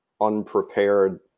unprepared